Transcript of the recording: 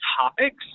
topics